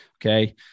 Okay